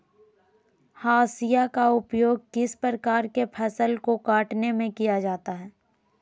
हाशिया का उपयोग किस प्रकार के फसल को कटने में किया जाता है?